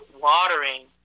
watering